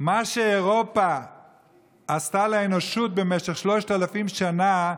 מה שאירופה עשתה לאנושות במשך 3,000 שנה,